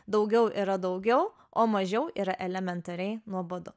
daugiau yra daugiau o mažiau yra elementariai nuobodu